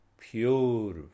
pure